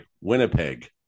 Winnipeg